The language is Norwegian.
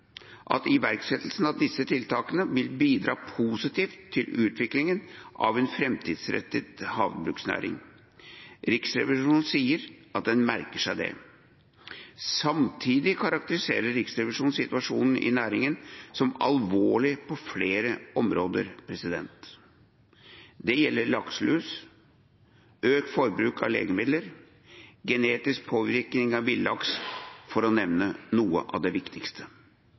at iverksetting av disse tiltakene vil bidra positivt til utviklingen av en framtidsrettet havbruksnæring. Riksrevisjonen sier at den merker seg det. Samtidig karakteriserer Riksrevisjonen situasjonen i næringen som alvorlig på flere områder. Det gjelder lakselus, økt forbruk av legemidler og genetisk påvirkning av villaks, for å nevne noe av det viktigste.